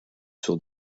sur